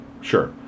sure